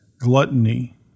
gluttony